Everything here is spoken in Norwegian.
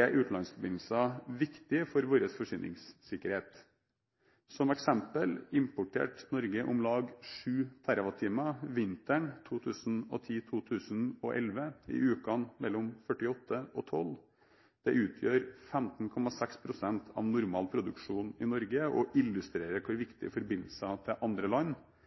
er utenlandsforbindelsene viktige for vår forsyningssikkerhet. Som eksempel importerte Norge om lag 7 TWh vinteren 2010/2011, i ukene mellom 48 og 12. Det utgjør 15,6 pst. av normal produksjon i Norge og illustrerer hvor viktig forbindelser til andre land